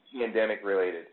pandemic-related